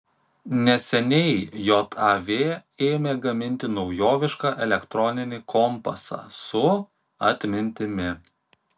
neseniai jav ėmė gaminti naujovišką elektroninį kompasą su atmintimi